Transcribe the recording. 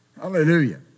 Hallelujah